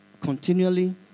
continually